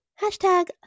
hashtag